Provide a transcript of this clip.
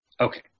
Okay